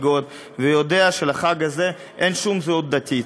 גוד ויודע שלחג הזה אין שום זהות דתית.